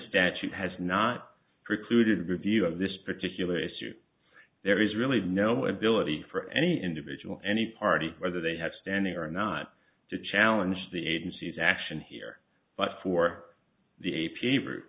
statute has not precluded review of this particular issue there is really no ability for any individual any party whether they have standing or not to challenge the agency's action here but for the a